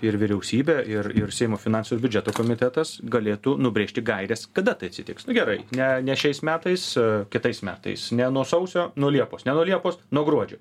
ir vyriausybė ir ir seimo finansų biudžeto komitetas galėtų nubrėžti gaires kada tai atsitiks nu gerai ne ne šiais metais kitais metais ne nuo sausio nuo liepos ne nuo liepos nuo gruodžio